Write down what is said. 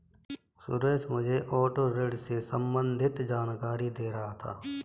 सुरेश मुझे ऑटो ऋण से संबंधित जानकारी दे रहा था